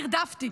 נרדפתי.